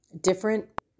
different